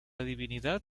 divinidad